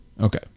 Okay